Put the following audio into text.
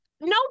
No